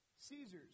Caesars